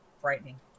Frightening